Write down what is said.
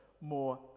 more